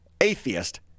atheist